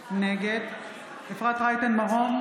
נגד אפרת רייטן מרום,